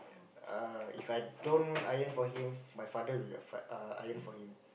uh If I don't iron for him my father will fi~ uh iron for him